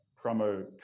promo